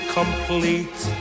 complete